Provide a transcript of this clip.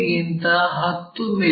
P ಗಿಂತ 10 ಮಿ